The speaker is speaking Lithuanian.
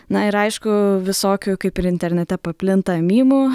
na ir aišku visokių kaip ir internete paplinta mimų